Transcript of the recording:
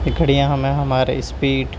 یہ گھڑیاں ہمیں ہمارے اسپیڈ